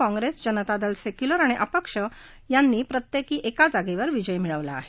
Congress Janata Dal Secular आणि अपक्ष यांनी प्रत्येकी एका जागेवर विजय मिळवला आहे